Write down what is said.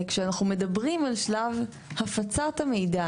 כשאנחנו מדברים על שלב הפצת המידע